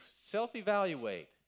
self-evaluate